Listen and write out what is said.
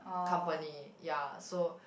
company ya so